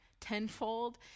tenfold